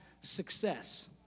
success